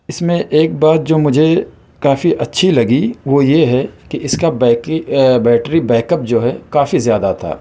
اس میں ایک بات جو مجھے کافی اچھی لگی وہ یہ ہے کہ اس کا بیکری بیٹری بیک اپ جو ہے کافی زیادہ تھا